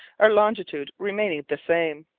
our longitude remaining the same,